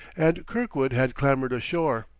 and kirkwood had clambered ashore.